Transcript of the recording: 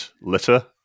litter